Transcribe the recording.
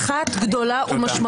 ביטול של חופש הביטוי במדינת ישראל,